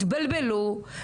התבלבלו,